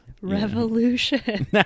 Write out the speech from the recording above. Revolution